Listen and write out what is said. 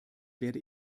werde